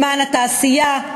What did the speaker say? למען התעשייה,